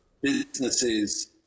businesses